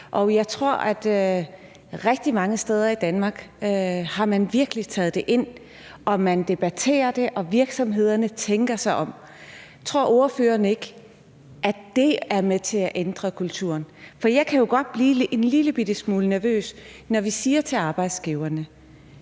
og jeg tror, at man rigtig mange steder i Danmark virkelig har taget det ind. Man debatterer det, og virksomhederne tænker sig om. Tror ordføreren ikke, at det er med til at ændre kulturen? For jeg kan jo godt blive en lillebitte smule nervøs, når vi siger til arbejdsgiverne: